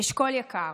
אשכול יקר,